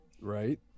Right